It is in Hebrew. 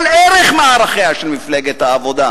כל ערך מערכיה של מפלגת העבודה,